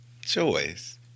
choice